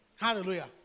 Hallelujah